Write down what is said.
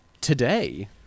today